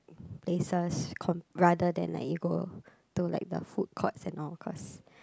places com~ rather then like you go to like the food courts and all cause